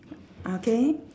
ah K